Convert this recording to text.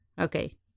Okay